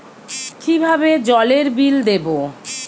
কিভাবে জলের বিল দেবো?